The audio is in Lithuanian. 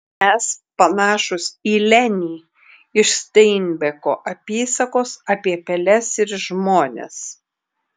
mes panašūs į lenį iš steinbeko apysakos apie peles ir žmones